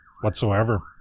whatsoever